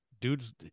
dude's